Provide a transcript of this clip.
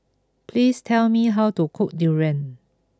please tell me how to cook Durian